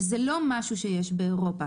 שזה לא משהו שיש באירופה.